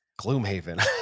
Gloomhaven